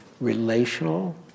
relational